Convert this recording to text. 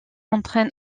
entraîne